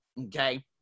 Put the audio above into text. okay